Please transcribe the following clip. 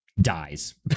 dies